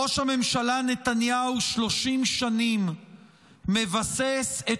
ראש הממשלה נתניהו 30 שנים מבסס את